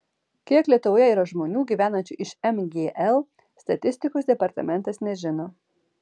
kiek lietuvoje yra žmonių gyvenančių iš mgl statistikos departamentas nežino